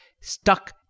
stuck